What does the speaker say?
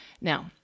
Now